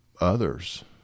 others